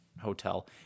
hotel